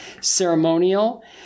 ceremonial